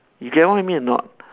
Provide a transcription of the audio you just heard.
you get what I mean or not